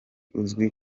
uzwi